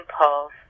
impulse